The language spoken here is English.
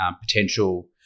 potential